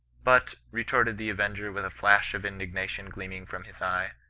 but retorted the avenger with a flash of indignation gleaming from his eye,